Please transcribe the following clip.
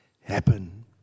happen